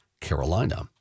Carolina